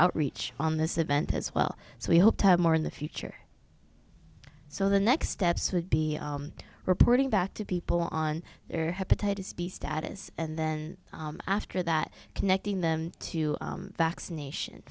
outreach on this event as well so we hope to have more in the future so the next steps will be reporting back to people on their hepatitis b status and then after that connecting them to vaccination